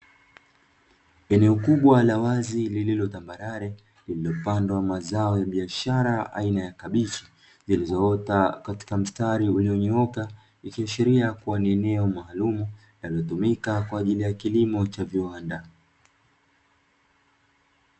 Eneo kubwa la wazi lililo tambarare, lililopandwa mazao biashara aina ya kabichi, zilizoota katika mstari ulionyooka, ikiashiria kuwa ni eneo maalumu, linalotumika kwa ajili ya kilimo cha viwanda.